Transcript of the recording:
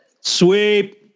Sweep